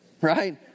right